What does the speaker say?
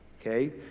Okay